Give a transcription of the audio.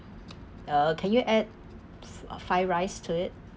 uh can you add five rice to it